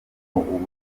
uburozi